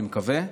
אני מקווה,